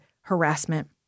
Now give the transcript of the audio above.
harassment